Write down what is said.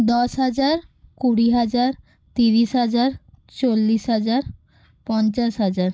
দশ হাজার কুড়ি হাজার তিরিশ হাজার চল্লিশ হাজার পঞ্চাশ হাজার